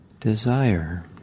desire